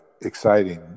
exciting